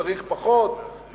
צריך פחות,